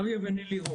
אריה ונילי רוקח.